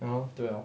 ya lor 对 hor